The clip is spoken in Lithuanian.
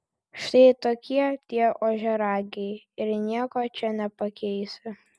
štai tokie tie ožiaragiai ir nieko čia nepakeisi